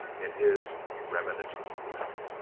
in his reminiscences